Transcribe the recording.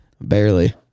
Barely